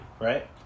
right